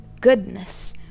goodness